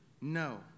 no